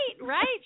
right